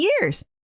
years